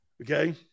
Okay